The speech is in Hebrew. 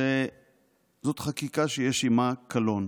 זו חקיקה שיש עימה קלון.